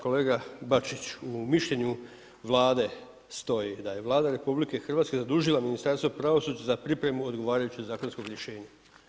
Kolega Bačić, u mišljenju Vlade stoji da je Vlada RH zadužila Ministarstvo pravosuđa za pripremu odgovarajućeg zakonskog rješenja.